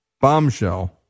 bombshell